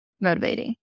motivating